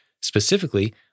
Specifically